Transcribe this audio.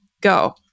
Go